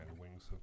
wings